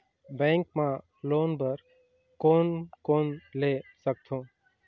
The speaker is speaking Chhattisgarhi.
बैंक मा लोन बर कोन कोन ले सकथों?